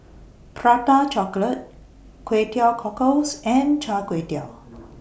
Prata Chocolate Kway Teow Cockles and Char Kway Teow